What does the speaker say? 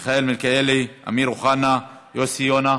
מיכאל מלכיאלי, אמיר אוחנה, יוסי יונה,